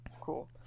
Cool